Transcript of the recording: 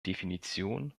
definition